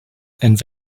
and